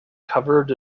covered